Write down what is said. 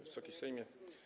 Wysoki Sejmie!